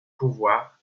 pouvoir